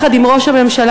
יחד עם ראש הממשלה,